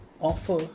offer